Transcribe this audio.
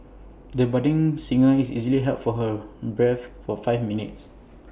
the budding singer easily held her breath for five minutes